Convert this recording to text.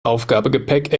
aufgabegepäck